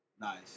Nice